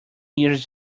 years